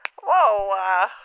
Whoa